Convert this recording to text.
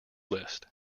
list